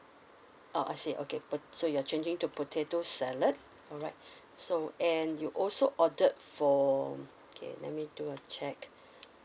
oh I see okay po~ so you're changing to potato salad alright so and you also ordered for okay let me do a check